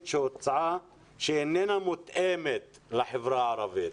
שהוצעה היא שהיא איננה מותאמת לחברה הערבית.